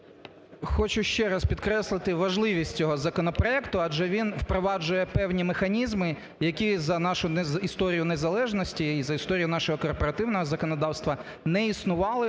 Хочу ще раз підкреслити важливість цього законопроекту, адже він впроваджує певні механізми, які за нашу історію незалежності і за історію нашого корпоративного законодавства не існували,